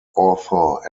author